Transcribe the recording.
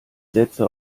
sätze